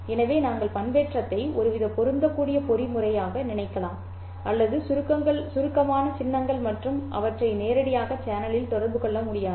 எனவே நீங்கள் பண்பேற்றத்தை ஒருவித பொருந்தக்கூடிய பொறிமுறையாக நினைக்கலாம் அதில் சுருக்கமான சின்னங்கள் மற்றும் அவற்றை நேரடியாக சேனலில் தொடர்பு கொள்ள முடியாது